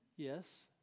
Yes